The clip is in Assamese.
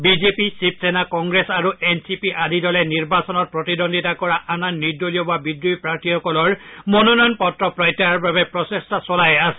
বিজেপি শিৱসেনা কংগ্ৰেছ আৰু এন চি পি আদি দলে নিৰ্বাচনত প্ৰতিদ্বন্দ্বিতা কৰা আন আন নিৰ্দলীয় বা বিদ্ৰোহী প্ৰাৰ্থীসকলৰ মনোনয়ন পত্ৰ প্ৰত্যাহাৰৰ বাবে প্ৰচেষ্টা চলাই আছে